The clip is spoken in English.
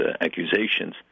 accusations